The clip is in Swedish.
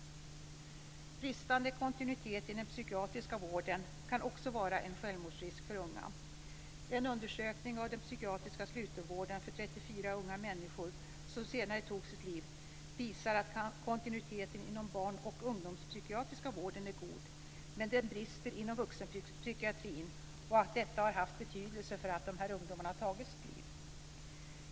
Bristande kontinuitet i den psykiatriska vården kan också vara en självmordsrisk för unga. En undersökning av den psykiatriska slutenvården för 34 unga människor som senare tog sitt liv visar att kontinuiteten inom den barn och ungdomspsykiatriska vården är god men att den brister inom vuxenpsykiatrin och att detta har haft betydelse för att de här ungdomarna har tagit sina liv.